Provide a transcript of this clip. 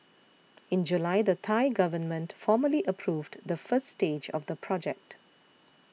in July the Thai government formally approved the first stage of the project